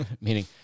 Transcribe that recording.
Meaning